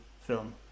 film